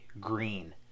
green